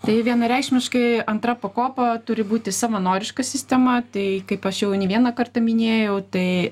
tai vienareikšmiškai antra pakopa turi būti savanoriška sistema tai kaip aš jau ne vieną vieną kartą minėjau tai